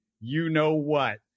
you-know-what